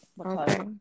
okay